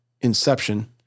inception